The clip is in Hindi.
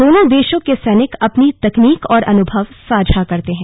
दोनों देशों के सैनिक अपनी तकनीक और अनुभव साझा करते हैं